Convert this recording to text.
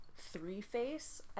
three-face